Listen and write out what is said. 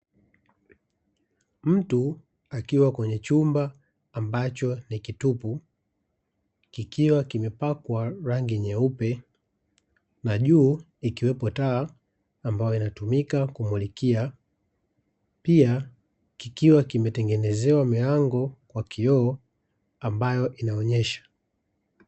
Mtu akiwa kwenye chumba ambacho ni kitupu kikiwa kimepakwa rangi nyeupe na juu ikiwekwa taa ambayo inayotumika kumulika, pia kikiwa kimetengenezewa mlango wa kioo ambayo inaonyesha.